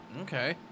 Okay